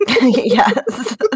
Yes